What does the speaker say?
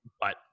but-